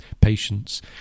patience